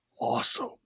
Awesome